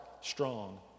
strong